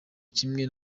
kimwe